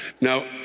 Now